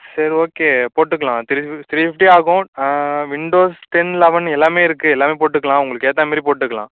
சரி ஓகே போட்டுக்கலாம் three fif three fifty ஆகும் விண்டோஸ் டென் லெவன் எல்லாமே இருக்குது எல்லாமே போட்டுக்கலாம் உங்களுக்கு ஏற்றமேரி போட்டுக்கலாம்